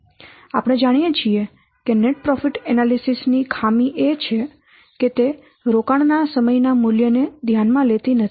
આપણે જાણીએ છીએ કે નેટ પ્રોફીટ એનાલિસીસ ની ખામી એ છે કે તે રોકાણના સમયના મૂલ્યને ધ્યાનમાં લેતી નથી